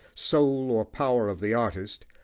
soul or power of the artist,